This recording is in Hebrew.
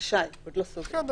עוד לא סופי.